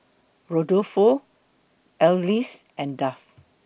Rudolfo Alease and Duff